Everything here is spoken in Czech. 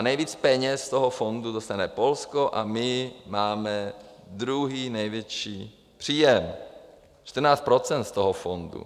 Nejvíc peněz z toho fondu dostane Polsko a my máme druhý největší příjem 14 % z toho fondu.